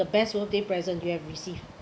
the best birthday present you have received